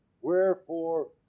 Wherefore